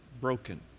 broken